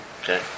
Okay